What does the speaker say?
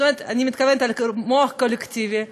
אני מתכוונת למוח קולקטיבי,